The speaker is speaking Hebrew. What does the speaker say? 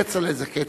כצל'ה זה כצל'ה.